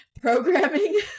programming